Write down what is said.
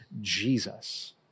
Jesus